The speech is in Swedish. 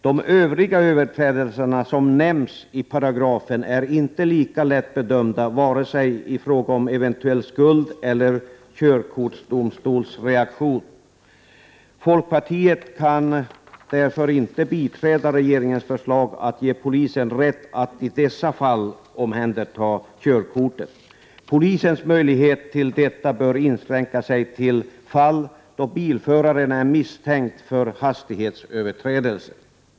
De övriga överträdelserna som nämns i paragrafen är inte lika lättbedömda i fråga om vare sig eventuell skuld eller körkortsdomstols reaktion. Folkpartiet kan därför inte biträda regeringens förslag att ge polisen rätt att i dessa fall omhänderta körkortet. Polisens möjlighet till detta bör inskränka sig till fall då bilföraren är misstänkt för hastighetsöverträdelse.